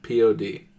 pod